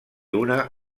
una